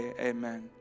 Amen